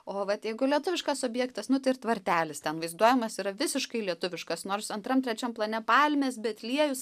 o vat jeigu lietuviškas objektas nu tai ir tvartelis ten vaizduojamas yra visiškai lietuviškas nors antram trečiam plane palmės betliejus